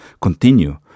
continue